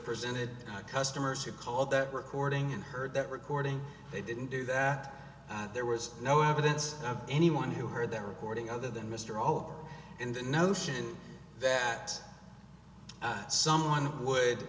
presented customers who call that recording and heard that recording they didn't do that there was no evidence of anyone who heard the recording other than mr all in the notion that someone would